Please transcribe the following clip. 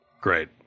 Great